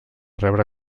rebre